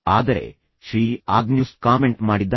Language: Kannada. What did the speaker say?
ಆದರೆ ಶ್ರೀ ಆಗ್ನ್ಯೂಸ್ ಕಾಮೆಂಟ್ ಮಾಡಿದ್ದಾರೆ